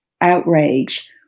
outrage